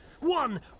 One